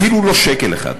אפילו לא שקל אחד.